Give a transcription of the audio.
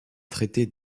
traités